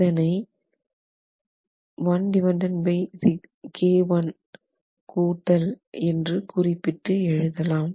இதனை என்று குறிப்பிட்டு எழுதலாம்